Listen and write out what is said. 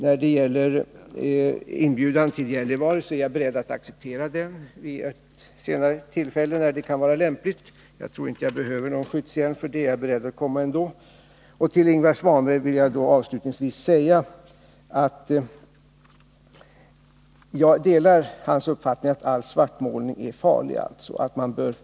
När det gäller inbjudan till Gällivare, så är jag beredd att acceptera den vid ett senare tillfälle, när det kan vara lämpligt. Jag trorinte att jag behöver någon skyddshjälm för det — jag är beredd att komma ändå. Till Ingvar Svanberg vill jag avslutningsvis säga att jag alltså delar hans uppfattning att all svartmålning är farlig.